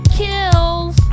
kills